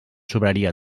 sobraria